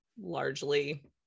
largely